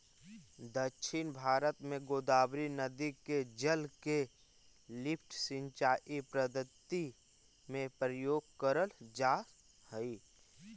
दक्षिण भारत में गोदावरी नदी के जल के लिफ्ट सिंचाई पद्धति में प्रयोग करल जाऽ हई